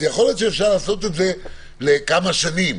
אז יכול להיות שאפשר לעשות את זה לכמה שנים,